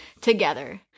together